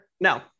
No